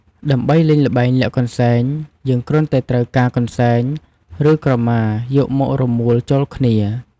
ដើម្បីលេងល្បែងលាក់កន្សែង យើងគ្រាន់តែត្រូវការ កន្សែង ឬ ក្រមាយកមករមួលចូលគ្នា។